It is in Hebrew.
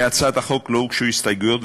להצעת החוק לא הוצעו הסתייגויות,